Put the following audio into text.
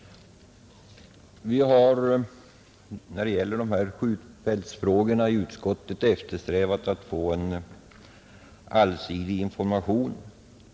Vi har i utskottet när det gäller dessa skjutfältsfrågor eftersträvat att erhålla en allsidig information.